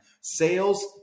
Sales